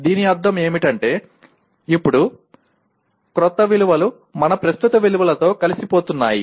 దీని అర్థం ఏమిటంటే ఇప్పుడు క్రొత్త విలువలు మన ప్రస్తుత విలువలతో కలిసిపోతున్నాయి